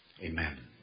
Amen